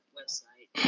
website